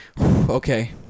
okay